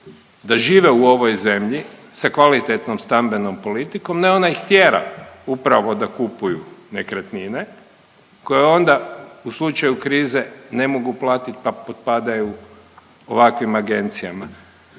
da žive u ovoj zemlji sa kvalitetnom stambenom politikom, ne ona ih tjera upravo da kupuju nekretnine koje onda u slučaju krize ne mogu platiti pa potpadaju ovakvim agencijama.